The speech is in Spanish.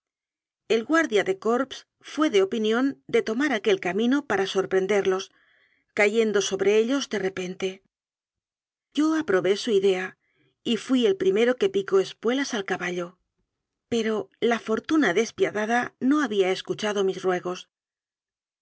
guar dia de corps fué de opinión de tomar aquel cami no para sorprenderlos cayendo sobre ellos de re pente yo aprobé su idea y fui el primero que picó espuelas al caballo pero la fortuna despia dada no había escuchado mis ruegos